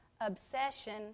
Obsession